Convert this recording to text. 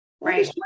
Right